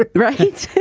but right.